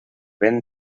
vent